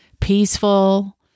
peaceful